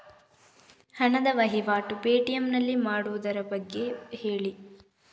ಹಣದ ವಹಿವಾಟು ಪೇ.ಟಿ.ಎಂ ನಲ್ಲಿ ಮಾಡುವುದರ ಬಗ್ಗೆ ಹೇಳಿ